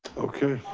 okay.